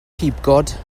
pibgod